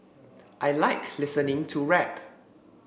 I like listening to rap